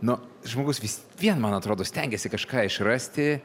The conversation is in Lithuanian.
nu žmogus vis vien man atrodo stengiasi kažką išrasti